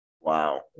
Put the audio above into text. Wow